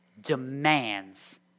demands